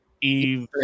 Eve